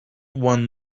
one